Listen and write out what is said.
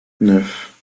neuf